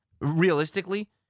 Realistically